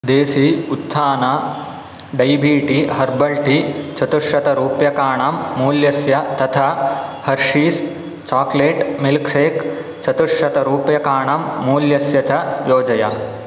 देसी उत्थाना डैबिटी herbal tea चतुशत रूप्यकाणां मूल्यस्य तथा हर्शीस् चाक्लेट् मिल्कशेक् चतुशत् रूप्यकाणां मूल्यस्य च योजय